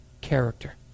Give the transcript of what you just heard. character